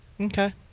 Okay